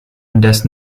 indes